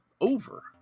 over